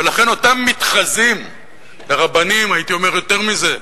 ולכן אותם מתחזים לרבנים, הייתי אומר יותר מזה: